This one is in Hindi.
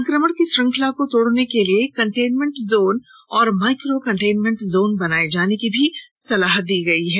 संक्रमण की श्रंखला को तोडने के लिए कन्टेनमेंट जोन और माइक्रो कंटेनमेंट जोन बनाए जाने की भी सलाह दी गई है